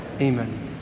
Amen